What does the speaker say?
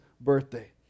birthday